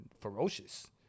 ferocious